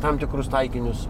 tam tikrus taikinius